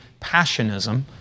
Passionism